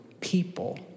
people